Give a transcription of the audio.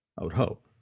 i would hope.